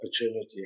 opportunity